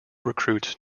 recruits